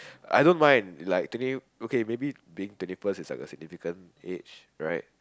I don't mind like today okay maybe being twenty first is like the significant each right